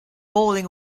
bowling